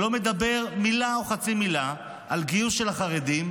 שלא אומר מילה או חצי מילה על גיוס של החרדים,